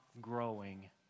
growing